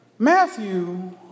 Matthew